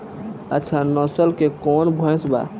अच्छा नस्ल के कौन भैंस बा?